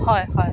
হয় হয়